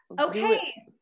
Okay